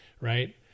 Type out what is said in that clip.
right